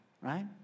right